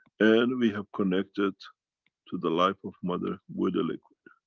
and we have connected to the life of mother with the liquid.